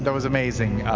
but was amazing.